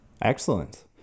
Excellent